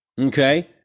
okay